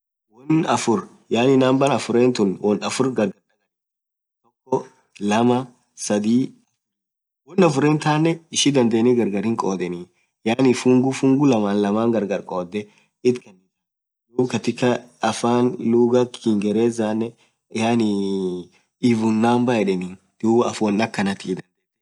won afur yaani number afrethun won afur gargar dhagariftii toko, lamaa, sadhii, afur won afren thanen ishii dhadhani gargar hinkhodheni yaani fungu fungu lamman lamman gargar khodhe itkhanitha dhub katika affan lugha kingerezane yaani even number yedheni dhub afur won akhanathi